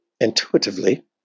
intuitively